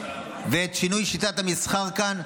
וישנה את שיטת המסחר כאן.